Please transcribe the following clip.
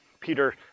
Peter